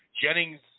Jennings